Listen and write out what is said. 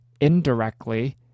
indirectly